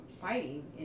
fighting